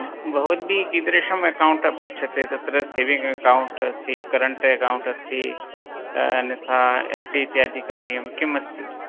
भवद्भिः कीदृशम् अकौण्ट् अपेक्षते तत्र सेविङ्ग् अकौण्ट् अस्ति करण्ट् अकौण्ट् अस्ति अन्यथा एफ़् डी इत्यादि करणीयं किम् अस्ति